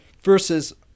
Versus